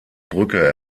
brücke